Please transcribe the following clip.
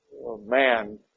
man